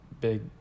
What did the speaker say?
big